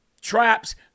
traps